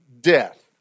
death